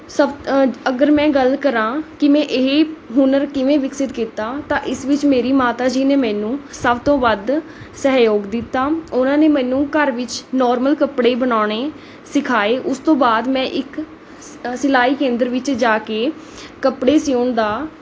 ਸਭ ਅਗਰ ਮੈਂ ਗੱਲ ਕਰਾਂ ਕਿ ਮੈਂ ਇਹ ਹੁਨਰ ਕਿਵੇਂ ਵਿਕਸਿਤ ਕੀਤਾ ਤਾਂ ਇਸ ਵਿੱਚ ਮੇਰੀ ਮਾਤਾ ਜੀ ਨੇ ਮੈਨੂੰ ਸਭ ਤੋਂ ਵੱਧ ਸਹਿਯੋਗ ਦਿੱਤਾ ਉਹਨਾਂ ਨੇ ਮੈਨੂੰ ਘਰ ਵਿੱਚ ਨੌਰਮਲ ਕੱਪੜੇ ਬਣਾਉਣੇ ਸਿਖਾਏ ਉਸ ਤੋਂ ਬਾਅਦ ਮੈਂ ਇੱਕ ਸ ਸਿਲਾਈ ਕੇਂਦਰ ਵਿੱਚ ਜਾ ਕੇ ਕੱਪੜੇ ਸਿਉਣ ਦਾ